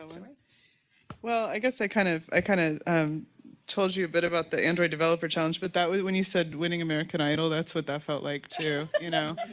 ah well, i guess i kind of i kind of told you a bit about the android developer challenge but that was, when you said, winning american idol, that's what that felt like too, you know.